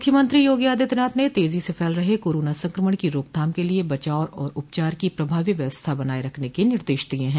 मुख्यमंत्री योगी आदित्यनाथ ने तेजी से फैल रहे कोरोना संक्रमण की रोकथाम के लिये बचाव और उपचार की प्रभावी व्यवस्था बनाये रखने के निर्देश दिये हैं